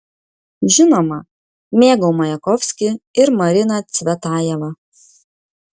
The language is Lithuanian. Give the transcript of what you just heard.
žinoma mėgau majakovskį ir mariną cvetajevą